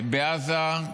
בעזה,